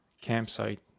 campsite